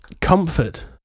Comfort